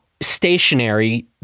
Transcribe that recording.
stationary